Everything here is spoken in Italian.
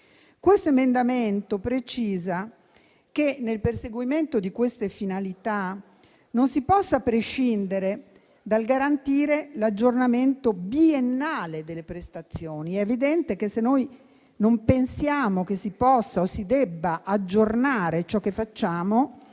L'emendamento 2.45 precisa che, nel perseguimento di tali finalità, non si possa prescindere dal garantire l'aggiornamento biennale delle prestazioni. È evidente che, se non pensiamo che si possa o si debba aggiornare ciò che facciamo